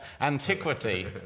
antiquity